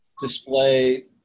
display